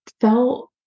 felt